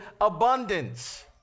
abundance